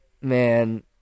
Man